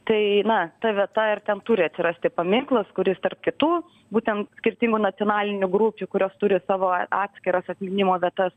tai na ta vieta ir ten turi atsirasti paminklas kuris tarp kitų būtent skirtingų nacionalinių grupių kurios turi savo atskiras atminimo vietas